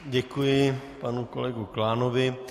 Děkuji panu kolegovi Klánovi.